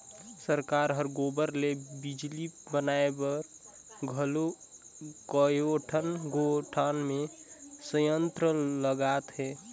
सरकार हर गोबर ले बिजली बनाए बर घलो कयोठन गोठान मे संयंत्र लगात हे